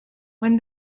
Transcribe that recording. when